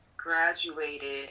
graduated